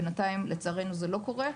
בינתיים לצערנו זה לא קורה.